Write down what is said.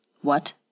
What